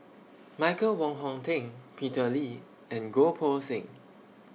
Michael Wong Hong Teng Peter Lee and Goh Poh Seng